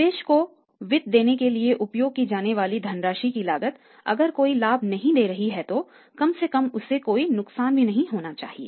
निवेश को वित्त देने के लिए उपयोग की जाने वाली धनराशि की लागत अगर कोई लाभ नहीं दे रही है तो कम से कम उससे कोई नुकसान भी नहीं होना चाहिए